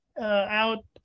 out